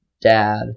dad